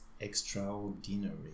extraordinary